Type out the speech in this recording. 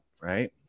right